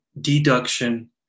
deduction